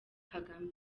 kagame